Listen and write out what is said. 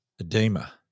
edema